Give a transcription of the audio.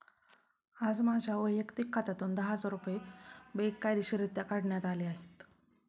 आज माझ्या वैयक्तिक खात्यातून दहा हजार रुपये बेकायदेशीररित्या काढण्यात आले आहेत